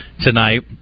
tonight